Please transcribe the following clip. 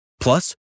Plus